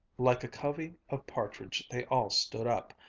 like a covey of partridge, they all stood up,